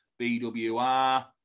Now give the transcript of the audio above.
BWR